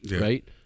right